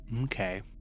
Okay